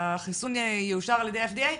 שהחיסון יאושר על ידי ה-FDA.